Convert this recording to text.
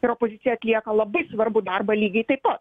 ir opozicija atlieka labai svarbų darbą lygiai taip pat